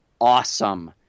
awesome